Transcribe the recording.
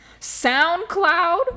SoundCloud